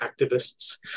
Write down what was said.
activists